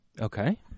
Okay